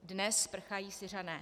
Dnes prchají Syřané.